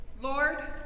Lord